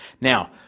Now